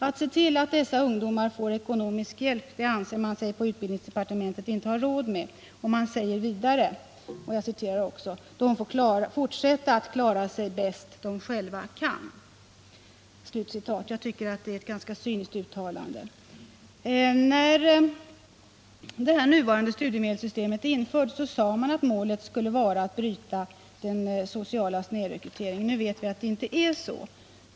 Att se till att dessa ungdomar får ekonomisk hjälp anser man sig på utbildningsdepartementet inte ha råd med och säger vidare: De får fortsätta att klara sig bäst de själva kan. Det tycker jag är ett ganska cyniskt uttalande. När det nuvarande studiemedelssystemet infördes sade man att målet skulle vara att bryta den sociala snedrekryteringen. Nu vet vi att det inte blivit så.